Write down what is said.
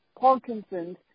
Parkinson's